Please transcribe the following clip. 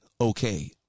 okay